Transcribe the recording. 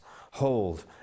hold